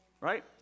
Right